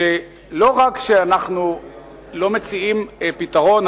לא רק שאנחנו לא מציעים פתרון,